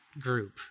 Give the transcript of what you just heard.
group